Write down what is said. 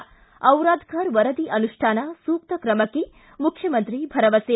ಿ ಚಿರಾಧಕರ ವರದಿ ಅನುಷ್ಠಾನ ಸೂಕ್ತ ಕ್ರಮಕ್ಕೆ ಮುಖ್ಯಮಂತ್ರಿ ಭರವಸೆ